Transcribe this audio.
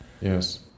Yes